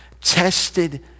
tested